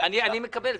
בהחלטה